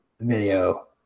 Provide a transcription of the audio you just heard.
video